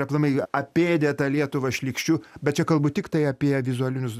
aplamai apėdė tą lietuvą šlykščiu bet čia kalbu tiktai apie vizualinius